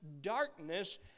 darkness